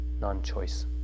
non-choice